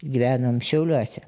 gyvenom šiauliuose